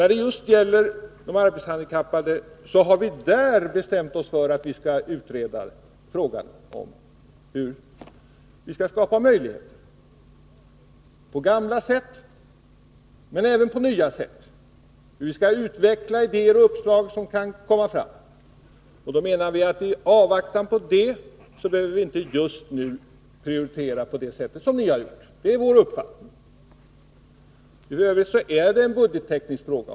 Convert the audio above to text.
Och just när det gäller de arbetshandikappade har vi bestämt oss för att vi vill utreda hur möjligheter skall kunna skapas att bereda dem arbetstillfällen — på gamla sätt men även på nya sätt — och hur vi skall utveckla idéer och uppslag som kan komma fram. I avvaktan på detta behöver vi inte just nu prioritera på det sätt som ni har gjort. Det är vår uppfattning. Det är samtidigt en budgetteknisk fråga.